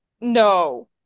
No